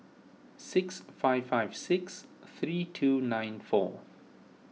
six five five six three two nine four